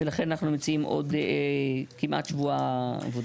ולכן אנחנו מציעים עוד כמעט שבוע עבודה.